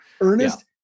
Ernest